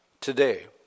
today